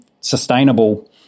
sustainable